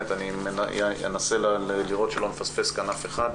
אני אנסה לראות שאני לא מפספס כאן אף אחד.